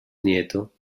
nieto